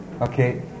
Okay